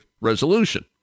resolution